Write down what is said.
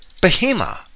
behemoth